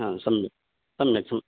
हा सम्यक् सम्यक् सं